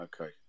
Okay